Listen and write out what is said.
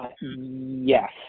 Yes